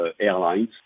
airlines